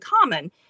common